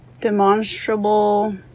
demonstrable